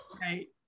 Right